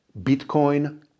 Bitcoin